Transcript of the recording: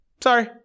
Sorry